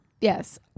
yes